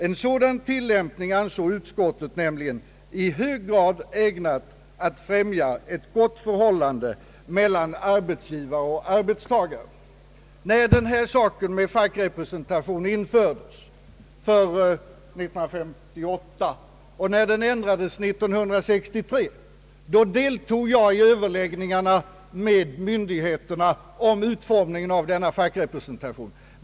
En sådan tillämpning ansåg utskottet nämligen i hög grad ägnad att främja ett gott förhållande mellan arbetsgivare och arbetstagare. När fackrepresentationen infördes 1958 och ändrades 1963 deltog jag i överläggningarna med myndigheterna om utformning en av denna fackrepresentation.